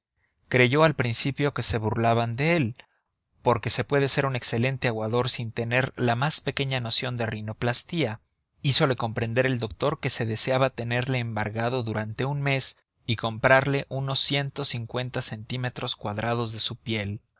creyó al principio que se burlaban de él porque se puede ser un excelente aguador sin tener la más pequeña noción de rinoplastia hízole comprender el doctor que se deseaba tenerle embargado durante un mes y comprarle unos ciento cincuenta centímetros cuadrados de su piel